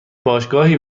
باشگاهی